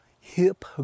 hip